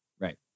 Right